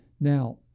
Now